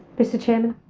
mr chairman.